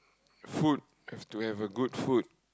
food have to have a good food